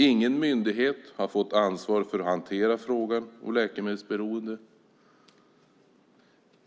Ingen myndighet har fått ansvar för att hantera frågan om läkemedelsberoende.